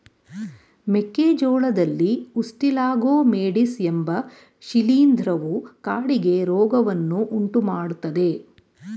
ಮೆಕ್ಕೆ ಜೋಳದಲ್ಲಿ Ustilago maydis ಎಂಬ ಶಿಲೀಂಧ್ರವು ಕಾಡಿಗೆ ರೋಗವನ್ನು ಉಂಟುಮಾಡ್ತದೆ